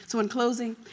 so in closing,